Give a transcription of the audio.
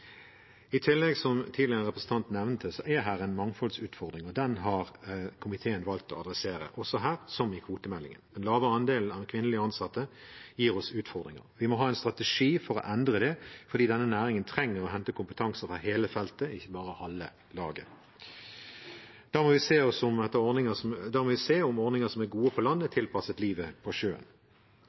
i verftsnæringen. I tillegg, som en tidligere representant nevnte, er det en mangfoldsutfordring, og den har komiteen valgt å adressere også her, som i kvotemeldingen. Den lave andelen kvinnelige ansatte gir oss utfordringer. Vi må ha en strategi for å endre det, fordi denne næringen trenger å hente kompetanse fra hele feltet, ikke bare halve laget. Da må vi se om ordninger som er gode på land, er tilpasset livet på sjøen.